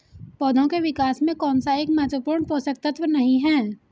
पौधों के विकास में कौन सा एक महत्वपूर्ण पोषक तत्व नहीं है?